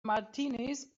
martinis